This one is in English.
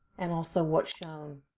and also what's shown